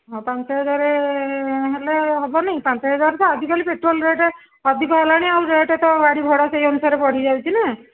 ଆଉ ପାଞ୍ଚ ହଜାର ହେଲେ ହବନି ପାଞ୍ଚ ହଜାର ତ ଆଜିକାଲି ପେଟ୍ରୋଲ୍ ରେଟ୍ ଅଧିକ ହେଲାଣି ଆଉ ରେଟ୍ ତ ଗାଡ଼ି ଭଡ଼ା ସେଇ ଅନୁସାରେ ବଢ଼ି ଯାଉଛିନା